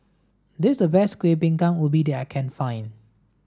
this a best Kueh Bingka Ubi that I can find